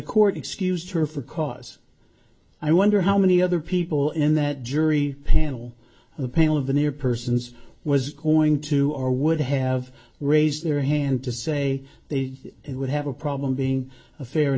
court excused her for cause i wonder how many other people in that jury panel a panel of the near persons was going to are would have raised their hand to say they would have a problem being a fair and